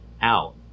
out